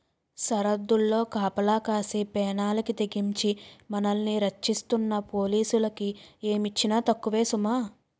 సరద్దుల్లో కాపలా కాసి పేనాలకి తెగించి మనల్ని రచ్చిస్తున్న పోలీసులకి ఏమిచ్చినా తక్కువే సుమా